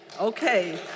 okay